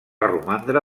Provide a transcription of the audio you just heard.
romandre